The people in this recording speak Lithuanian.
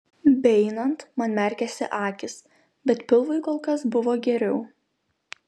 beeinant man merkėsi akys bet pilvui kol kas buvo geriau